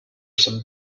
some